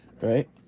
right